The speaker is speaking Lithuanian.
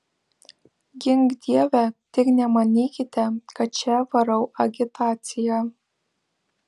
gink dieve tik nemanykite kad čia varau agitaciją